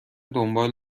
دنبال